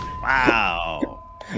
wow